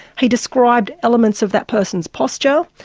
he described elements of that person's posture.